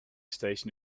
station